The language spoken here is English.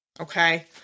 okay